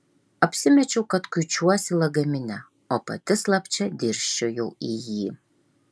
apsimečiau kad kuičiuosi lagamine o pati slapčia dirsčiojau į jį